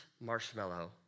marshmallow